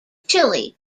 chile